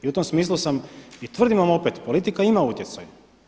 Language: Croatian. I u tom smislu sam, i tvrdim vam opet politika ima utjecaja.